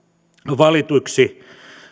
valituiksi